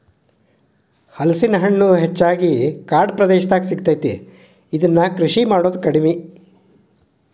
ಹಲಸಿನ ಹಣ್ಣು ಹೆಚ್ಚಾಗಿ ಕಾಡ ಪ್ರದೇಶದಾಗ ಸಿಗತೈತಿ, ಇದ್ನಾ ಕೃಷಿ ಮಾಡುದ ಕಡಿಮಿ